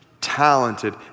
talented